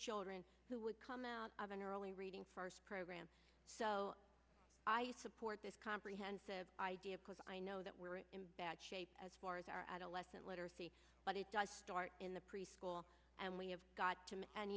children who would come out of an early reading first program so i support this comprehensive idea because i know that we're in bad shape as far as our adolescent literacy but it does start in the preschool and we have got to